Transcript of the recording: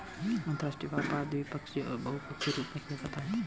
अंतर्राष्ट्रीय व्यापार द्विपक्षीय और बहुपक्षीय रूप में किया जाता है